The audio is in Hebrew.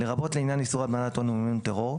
לרבות לעניין איסור הלבנת הון ומימון טרור,